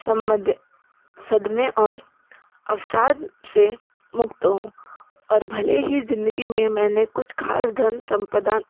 सदमे और अवसाद से मुक्त हूँ और भले ही ज़िंदगी में मैंने कुछ खास धन सम्पदा